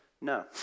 No